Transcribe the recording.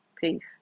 Peace